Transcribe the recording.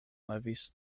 levis